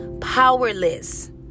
powerless